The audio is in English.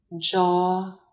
jaw